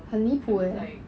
很离谱 eh